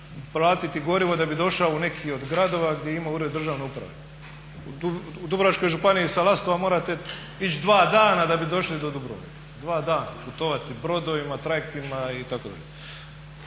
platiti gorivo da bi došao u neki od gradova gdje ima ured državne uprave. U Dubrovačkoj županiji sa Lastova morate ići dva dana da bi došli do Dubrovnika. Dva dana putovati brodovima, trajektima itd..